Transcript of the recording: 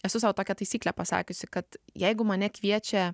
esu sau tokią taisyklę pasakiusi kad jeigu mane kviečia